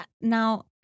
now